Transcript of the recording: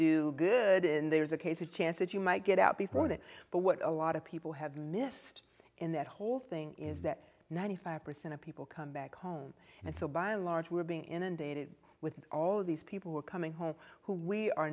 do good in there's a case a chance that you might get out before that but what a lot of people have missed in that whole thing is that ninety five percent of people come back home and so by and large we're being inundated with all these people who are coming home who we are